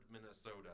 Minnesota